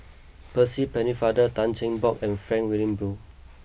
Percy Pennefather Tan Cheng Bock and Frank Wilmin Brewer